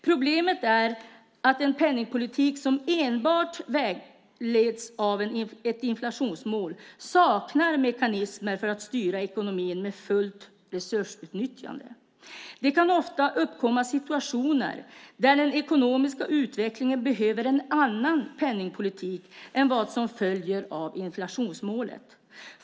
Problemet är att en penningpolitik som enbart vägleds av ett inflationsmål saknar mekanismer för att styra ekonomin mot fullt resursutnyttjande. Det kan ofta uppkomma situationer där den ekonomiska utvecklingen behöver en annan penningpolitik än vad som följer av inflationsmålet.